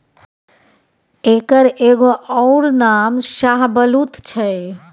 एकर एगो अउर नाम शाहबलुत छै